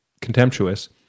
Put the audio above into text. contemptuous